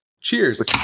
Cheers